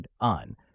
on